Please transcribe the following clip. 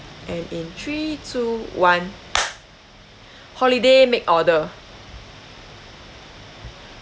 and in three two one holiday make order